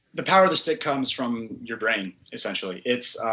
the power of the stick comes from your brain, essentially. it's